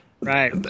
Right